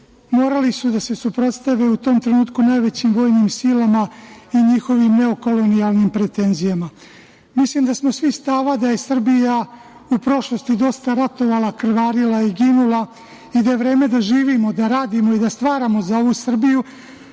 morali su da se suprotstave u tom trenutku najvećim vojnim silama i njihovim neokolonijalnim pretenzijama. Mislim da smo svi stava da je Srbija u prošlosti dosta ratovala, krvarila i ginula i da je vreme da živimo, da radimo i da stvaramo za ovu Srbiju,